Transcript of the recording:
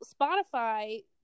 Spotify